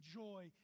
joy